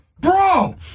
Bro